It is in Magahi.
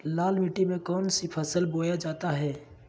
लाल मिट्टी में कौन सी फसल बोया जाता हैं?